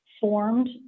formed